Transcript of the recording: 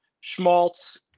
Schmaltz